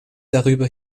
darüber